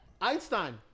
Einstein